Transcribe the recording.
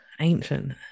ancient